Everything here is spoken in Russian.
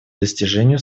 достижению